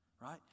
right